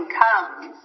comes